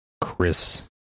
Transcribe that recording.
Chris